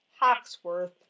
Hawksworth